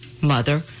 mother